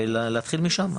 ולהתחיל משם.